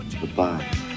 goodbye